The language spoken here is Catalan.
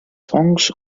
fongs